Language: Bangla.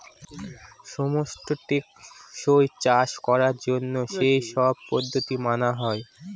সমস্ত টেকসই চাষ করার জন্য সেই সব পদ্ধতি মানা হয়